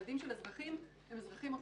ילדים של אזרחים הם אזרחים אוטומטית.